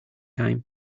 time